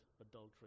adultery